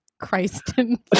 Christen